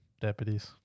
deputies